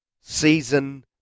season